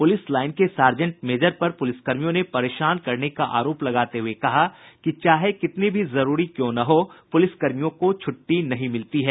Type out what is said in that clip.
police line के sergeant major पर पुलिसकर्मियों ने परेशान करने का आरोप लगाते हुये कहा कि चाहे कितनी भी जरूरी क्यों न हो प्रलिसकर्मियों को छुट्टी नहीं मिलती है